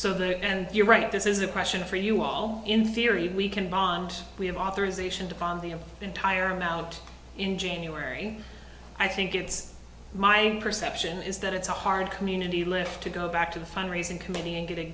so there and you're right this is a question for you all in theory we can bond we have authorization to fund the entire amount in january i think it's my perception is that it's a hard community left to go back to the fund raising committee and get a